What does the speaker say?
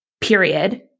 period